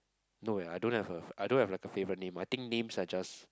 no eh I don't have a I don't have like a favourite name I think names are just